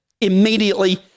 immediately